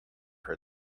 for